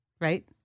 right